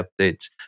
updates